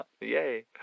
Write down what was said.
Yay